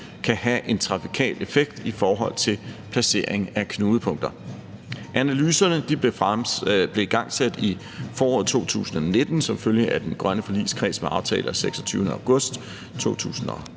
kan have en trafikal effekt i forhold til placering af knudepunkter. Analyserne blev igangsat i foråret 2019 som følge af den grønne forligskreds med aftale af 26. august 2016